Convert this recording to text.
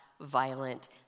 violent